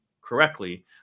correctly